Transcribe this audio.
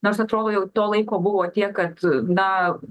nors atrodo jau to laiko buvo tiek kad na